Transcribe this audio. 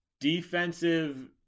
defensive